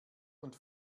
und